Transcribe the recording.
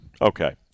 Okay